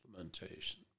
implementation